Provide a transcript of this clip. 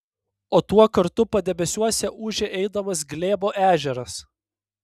o tuo kartu padebesiuose ūžė eidamas glėbo ežeras